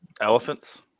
Elephants